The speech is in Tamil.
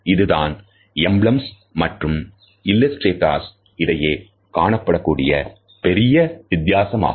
இதுதான் எம்பிளம்ஸ் மற்றும் இல்லஸ்டேட்டஸ் இடையே காணப்படக்கூடிய பெரிய வித்தியாசமாகும்